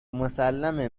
مسلمه